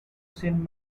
seen